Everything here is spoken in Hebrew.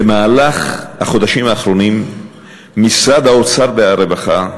במהלך החודשים האחרונים משרד האוצר ומשרד הרווחה,